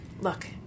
Look